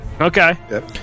Okay